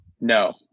No